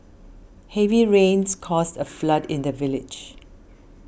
heavy rains caused a flood in the village